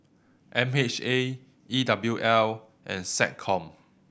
M H A E W L and SecCom